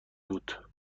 بود